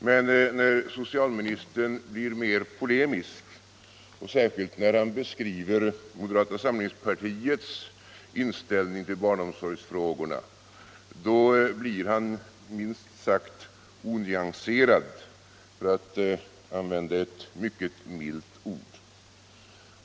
Men när socialministern blir mer polemisk och särskilt när han beskriver moderata samlingspartiets inställning till barnomsorgsfrågorna blir han minst sagt onvanserad, för att använda ett mycket milt ord.